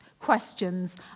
questions